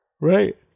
Right